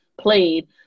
played